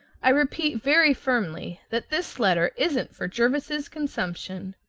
i repeat very firmly that this letter isn't for jervis's consumption.